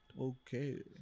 Okay